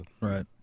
right